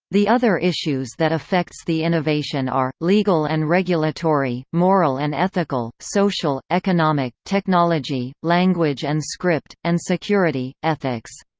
the other issues that affects the innovation are legal and regulatory, moral and ethical, social, economic, technology, language and script, and security ethics